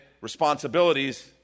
responsibilities